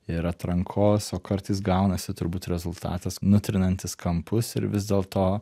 ir atrankos o kartais gaunasi turbūt rezultatas nutrinantys kampus ir vis dėlto